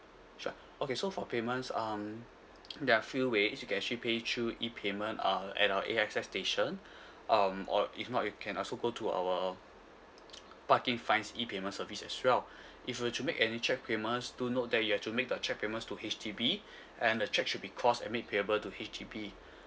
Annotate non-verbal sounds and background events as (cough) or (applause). sure okay so for payments um there are few ways you can actually pay through E payment uh at our A_X_S station (breath) um or if not you can also go to our parking fines E payment service as well (breath) if you were to make any cheque payments do note that you have to make the cheque payments to H_D_B (breath) and the cheque should be crossed and made payable to H_D_B